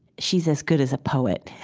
she's as good as a poet.